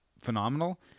phenomenal